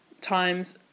times